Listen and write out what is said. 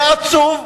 זה עצוב,